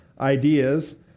ideas